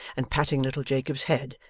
and patting little jacob's head,